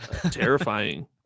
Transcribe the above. terrifying